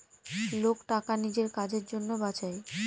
লোক টাকা নিজের কাজের জন্য বাঁচায়